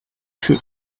feu